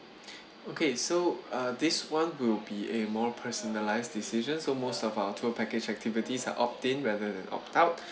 okay so uh this one will be a more personalised decision so most of our tour package activities are opt in rather than opt out